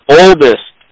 oldest